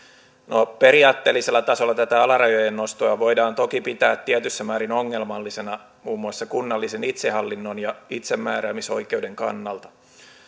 no periaatteellisella tasolla tätä alarajojen nostoa voidaan toki pitää tietyssä määrin ongelmallisena muun muassa kunnallisen itsehallinnon ja itsemääräämisoikeuden kannalta